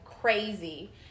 crazy